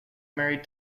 married